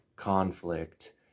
conflict